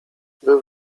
był